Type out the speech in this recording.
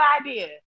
idea